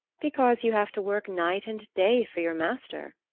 because you have to work night and day for your master,